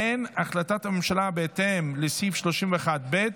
בהתאם לסעיף 31(ב)